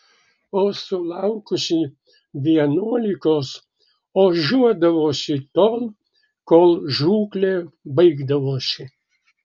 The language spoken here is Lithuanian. o sulaukusi vienuolikos ožiuodavausi tol kol žūklė baigdavosi